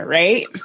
right